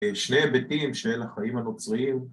שני היבטים, שני לחיים הנוצריים